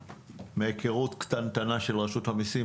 מהיכרות קטנטנה של רשות המיסים,